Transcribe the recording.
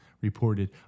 reported